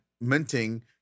minting